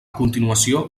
continuació